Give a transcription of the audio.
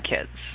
Kids